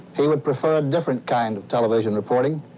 he would prefer a different kind of television reporting,